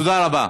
תודה רבה.